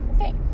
Okay